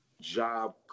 job